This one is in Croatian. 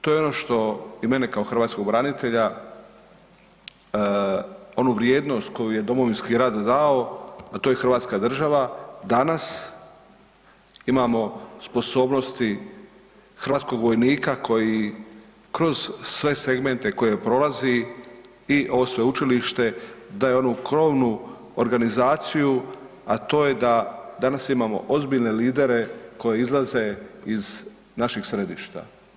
To je ono što i mene kao hrvatskog branitelja, onu vrijednost koju je Domovinski rat dao, a to je hrvatska država, danas imamo sposobnosti hrvatskog vojnika koji kroz sve segmente koje prolazi i ovo sveučilište daje onu krovnu organizaciju, a to je da danas imamo ozbiljne lidere koji izlaze iz naših središta.